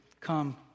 come